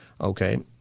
okay